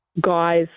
guys